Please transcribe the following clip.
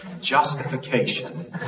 justification